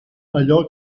allò